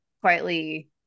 quietly